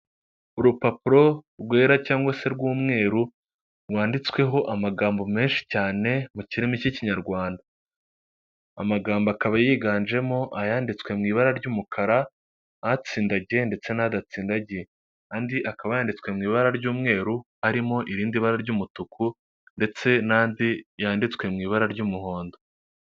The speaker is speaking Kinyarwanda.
Urupapuro rwera cyangwa se rw'umweru rwanditsweho amagambo menshi cyane mu kirimi cy'Ikinyarwanda, amagambo akaba yiganjemo ayanditswe mu ibara ry'umukara atsindagiye ndetse n'adatsindagiye, andi akaba yanditswe mu ibara ry'umweru arimo irindi bara ry'umutuku ndetse n'andi yanditswe mu ibara ry'umuhondo.